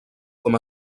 com